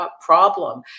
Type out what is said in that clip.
problem